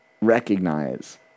recognize